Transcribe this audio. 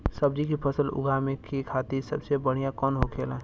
सब्जी की फसल उगा में खाते सबसे बढ़ियां कौन होखेला?